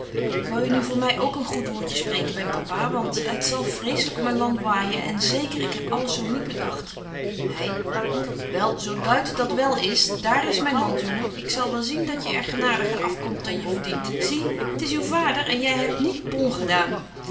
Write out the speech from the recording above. wou je nu voor my ook een goed woordje spreken by papa want het zal vreeslyk op myn land waaijen en zeker ik heb alles zo niet bedagt hy wel zo t buiten dat wel is daar is myn hand jongen ik zal wel zien dat je er genadiger afkomt dan je verdient zie t is uw vader en jy hebt niet bon gedaan